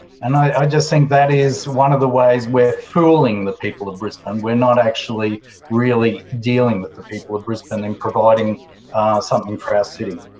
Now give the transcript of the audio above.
and i just think that is one of the ways we're fooling the people of brisbane. we're not actually really dealing with the people of brisbane and providing something for our city.